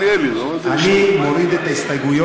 אני מוריד את ההסתייגויות,